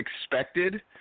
expected